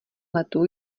letu